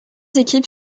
équipes